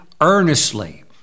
earnestly